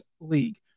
league